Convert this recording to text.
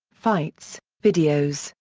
fights, videos,